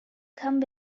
come